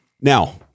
now